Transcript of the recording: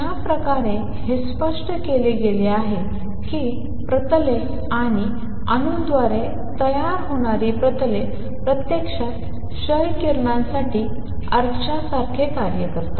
ज्या प्रकारे हे स्पष्ट केले गेले की ही प्रतले आणि या अणूंद्वारे तयार होणारी प्रतले प्रत्यक्षात क्ष किरणांसाठी आरशाप्रमाणे कार्य करतात